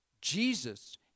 Jesus